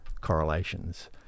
correlations